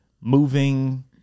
moving